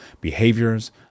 behaviors